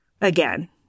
again